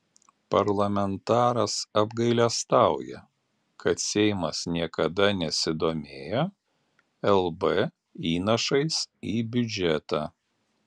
parlamentaras apgailestauja kad seimas niekada nesidomėjo lb įnašais į biudžetą